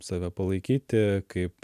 save palaikyti kaip